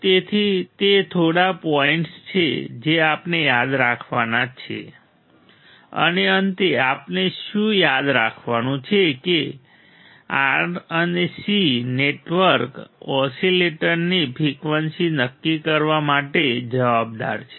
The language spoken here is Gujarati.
તેથી તે થોડા પોઈન્ટ્સ છે જે આપણે યાદ રાખવાના છે અને અંતે આપણે શું યાદ રાખવાનું છે કે R અને C નેટવર્ક ઓસીલેટરની ફ્રિકવન્સી નક્કી કરવા માટે જવાબદાર છે